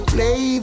Play